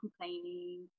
complaining